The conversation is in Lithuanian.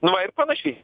nu va ir panašiai